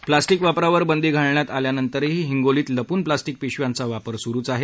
plastic वापरावर बंदी घालण्यात आल्यानंतरही हिंगोलीत लपून प्लास्टिक पिशव्यांचा वापर सुरूच आहे